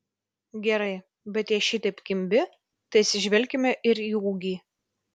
gerai bet jei šitaip kimbi tai atsižvelkime ir į ūgį